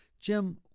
Jim